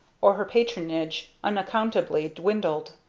or her patronage unaccountably dwindled.